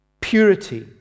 purity